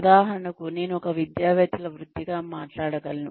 ఉదాహరణకు నేను ఒక విద్యావేత్తల వృత్తిగా మాట్లాడగలను